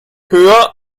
höher